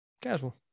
Casual